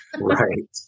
Right